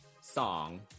song